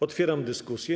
Otwieram dyskusję.